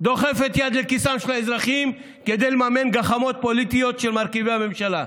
דוחפת יד לכיסם של האזרחים כדי לממן גחמות פוליטיות של מרכיבי הממשלה.